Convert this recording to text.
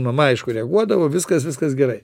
mama aišku reaguodavo viskas viskas gerai